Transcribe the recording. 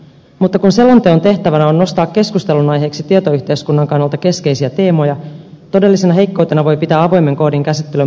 mutta kun selonteon tehtävänä on nostaa keskustelunaiheeksi tietoyhteiskunnan kannalta keskeisiä teemoja todellisena heikkoutena voi pitää avoimen koodin käsittelyn puuttumista